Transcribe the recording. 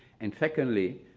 and secondly,